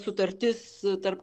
sutartis tarp